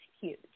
huge